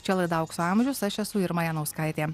čia laida aukso amžius aš esu irma janauskaitė